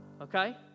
Okay